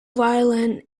violin